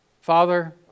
Father